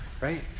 Right